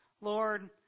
Lord